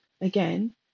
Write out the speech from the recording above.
again